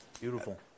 beautiful